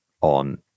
on